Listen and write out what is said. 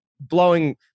blowing